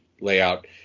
layout